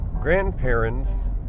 grandparents